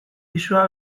pisua